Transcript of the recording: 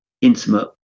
intimate